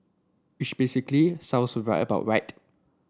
which basically sounds about right